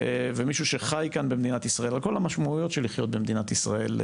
ומישהו שחי כאן במדינת ישראל וכל המשמעויות של לחיות במדינת ישראל,